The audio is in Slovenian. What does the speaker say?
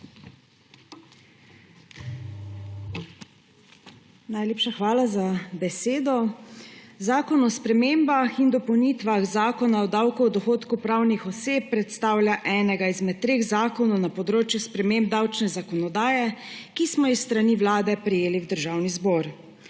Najlepša hvala za besedo. Zakon o spremembah in dopolnitvah Zakona o davku od dohodkov pravnih oseb predstavlja enega izmed treh zakonov na področju sprememb davčne zakonodaje, ki smo jih s strani Vlade prejeli v Državni zbor.